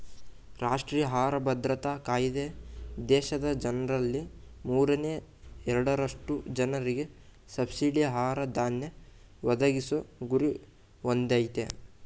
ರಾಷ್ಟ್ರೀಯ ಆಹಾರ ಭದ್ರತಾ ಕಾಯ್ದೆ ದೇಶದ ಜನ್ರಲ್ಲಿ ಮೂರನೇ ಎರಡರಷ್ಟು ಜನರಿಗೆ ಸಬ್ಸಿಡಿ ಆಹಾರ ಧಾನ್ಯ ಒದಗಿಸೊ ಗುರಿ ಹೊಂದಯ್ತೆ